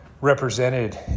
represented